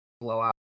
blowout